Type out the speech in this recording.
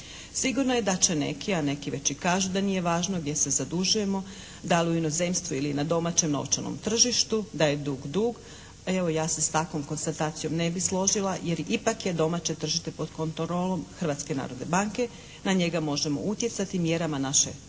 Sigurno je da će neki, a neki već i kažu da nije važno gdje se zadužujemo da li u inozemstvu ili i na domaćem novčanom tržištu? Da je dug dug. A evo ja se s takvom konstatacijom ne bih složila jer ipak je domaće tržište pod kontrolom Hrvatske narodne banke. Na njega možemo utjecati mjerama naše domaće